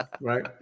Right